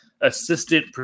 assistant